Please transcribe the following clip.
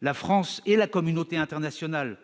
La France et la communauté internationale